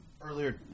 Earlier